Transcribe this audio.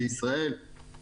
בישראל.